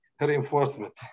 reinforcement